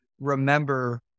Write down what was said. remember